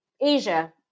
Asia